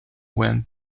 when